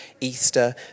Easter